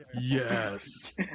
Yes